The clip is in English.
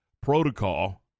protocol